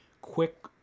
quick